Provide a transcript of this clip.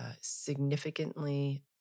significantly